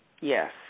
Yes